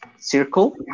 circle